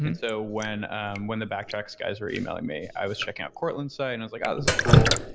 and so when um when the backtracks guys were emailing me, i was checking out courtland's site and i was like, oh! this is cool.